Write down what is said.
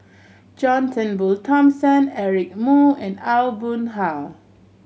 John Turnbull Thomson Eric Moo and Aw Boon Haw